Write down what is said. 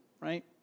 right